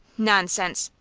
nonsense!